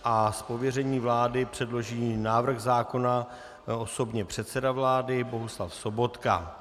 Z pověření vlády předloží návrh zákona osobně předseda vlády Bohuslav Sobotka.